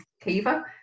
Kiva